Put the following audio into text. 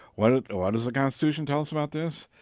what ah um ah does the constitution tell us about this?